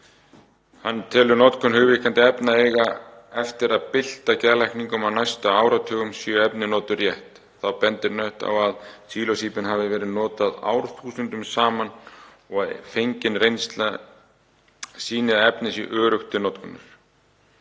Nutt telur notkun hugvíkkandi efna eiga eftir að bylta geðlækningum á næstu áratugum séu efnin notuð rétt. Þá bendir Nutt á að sílósíbín hafi verið notað árþúsundum saman og að fengin reynsla sýni að efnið sé öruggt til notkunar.